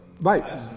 Right